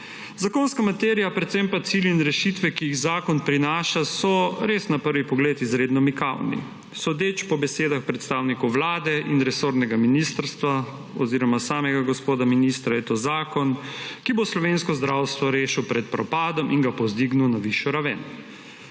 Zakonska materija, predvsem pa cilji in rešitve, ki jih zakon prinaša, so res na prvi pogled izredno mikavni. Sodeč po besedah predstavnikov vlade in resornega ministrstva oziroma samega gospoda ministra je to zakon, ki bo slovensko zdravstvo rešil pred propadom in ga povzdignil na višjo raven.